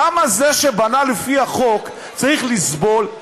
למה זה שבנה לפי החוק צריך לסבול,